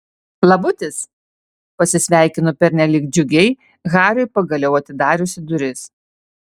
labutis pasisveikinu pernelyg džiugiai hariui pagaliau atidarius duris